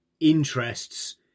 interests